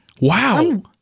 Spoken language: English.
wow